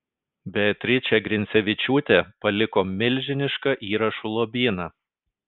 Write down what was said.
beatričė grincevičiūtė paliko milžinišką įrašų lobyną